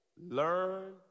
learn